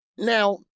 Now